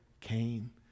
came